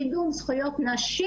קידום זכויות נשים,